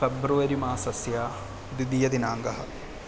फ़ेब्रुवरिमासस्य द्वितीयदिनाङ्कः